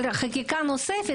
אבל חקיקה נוספת